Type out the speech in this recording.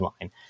line